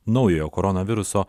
naujojo koronaviruso